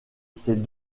ces